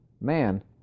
man